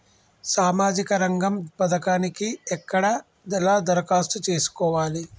సామాజిక రంగం పథకానికి ఎక్కడ ఎలా దరఖాస్తు చేసుకోవాలి?